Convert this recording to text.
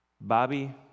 Bobby